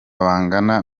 bangana